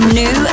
new